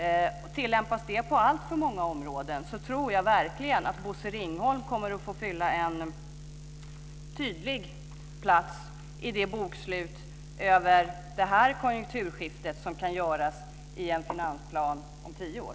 Om det tillämpas på alltför många områden tror jag verkligen att Bosse Ringholm kommer att få en tydlig plats i det bokslut över det här konjunkturskiftet som kan göras i en finansplan om tio år.